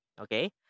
Okay